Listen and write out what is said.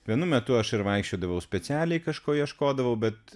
vienu metu aš ir vaikščiodavau specialiai kažko ieškodavau bet